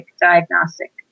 diagnostic